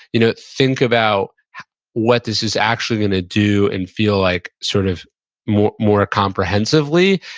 you know think about what this is actually going to do and feel like sort of more more comprehensively.